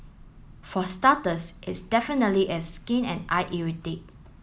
for starters it's definitely a skin and eye irritate